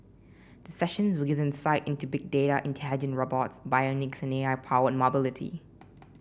sessions will give insight into Big Data intelligent robot bionic and A I powered mobility